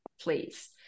please